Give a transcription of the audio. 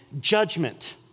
judgment